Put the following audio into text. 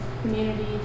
community